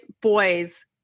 boys